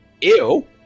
Ew